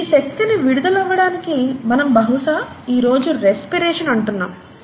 ఈ శక్తి విడుదల అవ్వడాన్నే మనం బహుశా ఈరోజు రెస్పిరేషన్ అంటున్నాము